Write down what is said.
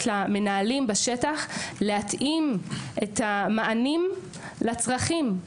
למנהלים בשטח להתאים את המענים לצרכים.